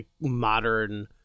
modern